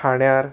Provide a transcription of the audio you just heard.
ठाण्यार